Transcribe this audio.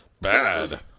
bad